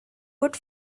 good